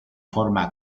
forma